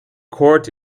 court